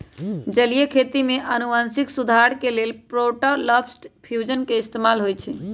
जलीय खेती में अनुवांशिक सुधार के लेल प्रोटॉपलस्ट फ्यूजन के इस्तेमाल होई छई